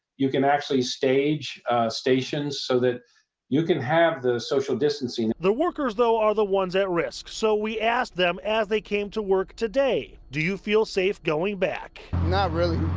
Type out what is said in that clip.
you can actually stage stations so that you can have the social distancing. reporter the workers though are the ones at risk. so we asked them as they came to work today do you feel safe going back? not really.